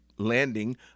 landing